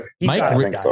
Mike